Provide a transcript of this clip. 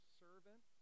servant